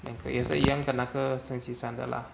两个也是一样跟那个星期三的 lah